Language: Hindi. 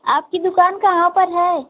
आपकी दुकान कहाँ पर है